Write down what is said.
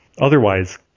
Otherwise